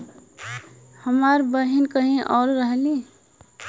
हमार बहिन कहीं और रहेली